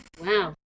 Wow